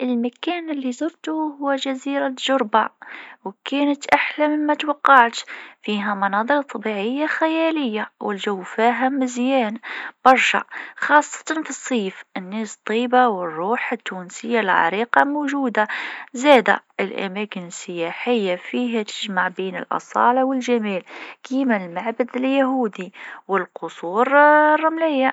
زرت المدينة القديمة في تونس. المكان كان مليان تاريخ وثقافة، والجدران تحكي قصص عتيقة. استمتعت بالمشي بين الأزقة الضيقة، والأكل التقليدي كان لذيذ. الأجواء كانت رائعة، وحسيت بالفخر ببلادي.